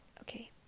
okay